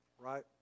right